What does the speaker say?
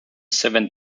seven